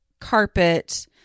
carpet